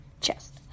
chest